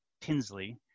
Tinsley